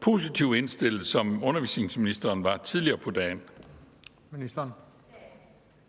positivt indstillet som undervisningsministeren var tidligere på dagen.